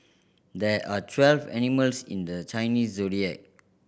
there are twelve animals in the Chinese Zodiac